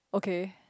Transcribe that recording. okay